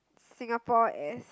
Singapore as